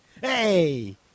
Hey